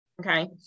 Okay